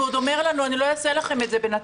והוא עוד אומר לנו: אני לא אעשה לכם את זה בינתיים.